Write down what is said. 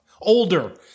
Older